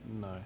No